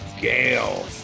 gale